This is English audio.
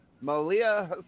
Malia